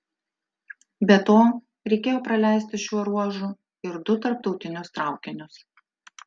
be to reikėjo praleisti šiuo ruožu ir du tarptautinius traukinius